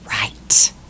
right